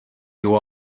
you